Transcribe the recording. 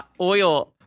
oil